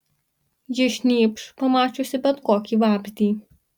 ji šnypš pamačiusi bet kokį vabzdį